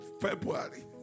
February